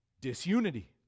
disunity